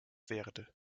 verde